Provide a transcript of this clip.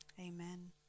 amen